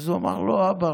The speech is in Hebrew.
אז הוא אמר: אבא,